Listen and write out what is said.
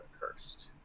cursed